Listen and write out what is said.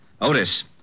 Otis